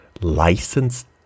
licensed